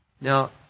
Now